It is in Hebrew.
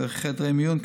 וחדרי מיון,